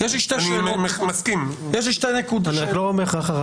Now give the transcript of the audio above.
אני רוצה להבין מה הן